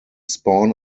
spawn